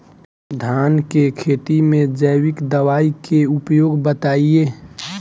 धान के खेती में जैविक दवाई के उपयोग बताइए?